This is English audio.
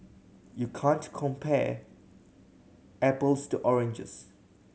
you can't compare apples to oranges